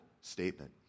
statement